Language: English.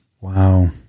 Wow